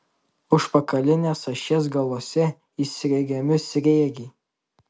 užpakalinės ašies galuose įsriegiami sriegiai